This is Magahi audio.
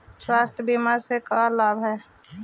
स्वास्थ्य बीमा से का लाभ है?